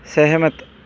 ਸਹਿਮਤ